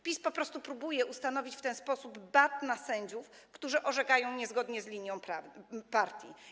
PiS po prostu próbuje ustanowić w ten sposób bat na sędziów, którzy orzekają niezgodnie z linią partii.